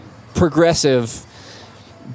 progressive